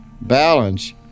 balance